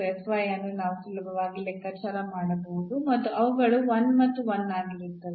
ಈ ಸಮಸ್ಯೆಯ ಸ್ಥಾಯಿ ಬಿಂದು ಮತ್ತು ಅನ್ನು ನಾವು ಸುಲಭವಾಗಿ ಲೆಕ್ಕಾಚಾರ ಮಾಡಬಹುದು ಮತ್ತು ಅವುಗಳು 1 ಮತ್ತು 1 ಆಗಿರುತ್ತವೆ